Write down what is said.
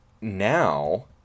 now